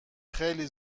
خیلی